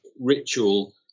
ritual